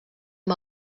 amb